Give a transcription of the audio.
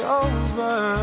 over